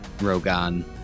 Rogan